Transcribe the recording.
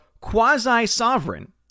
quasi-sovereign